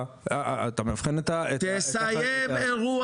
גרעין אחד יש לך, תסיים את